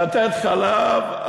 לתת חלב,